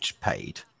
paid